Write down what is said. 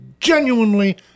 genuinely